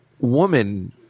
woman